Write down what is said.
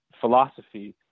philosophy